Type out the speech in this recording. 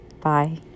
Bye